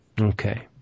Okay